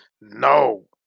No